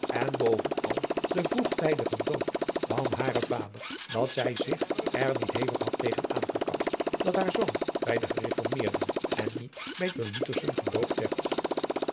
en bovenal aan den vroegtijdigen dood van haren vader dat zij zich er niet hevig had tegen aangekant dat haar zoon bij de gereformeerden en niet bij de luterschen gedoopt werd